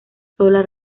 sola